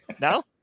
No